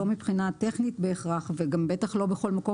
לא מבחינה טכנית בהכרח וגם בטח לא בכל מקום